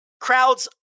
crowds